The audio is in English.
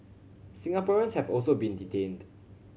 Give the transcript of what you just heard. Singaporeans have also been detained